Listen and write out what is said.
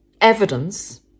evidence